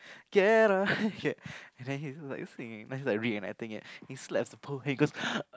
get on it get and then he's like singing that's like reenacting it he slaps the pole and goes